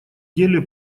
деле